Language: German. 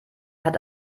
hat